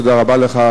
תודה רבה לך,